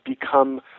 become